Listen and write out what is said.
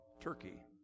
Turkey